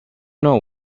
know